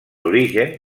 origen